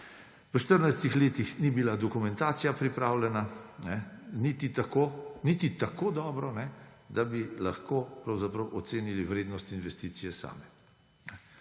V 14 letih ni bila dokumentacija pripravljena niti tako dobro, da bi lahko pravzaprav ocenili vrednost investicije same.